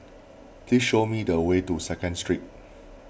please show me the way to Second Street